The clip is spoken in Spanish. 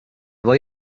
voy